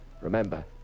Remember